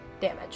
damage